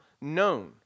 known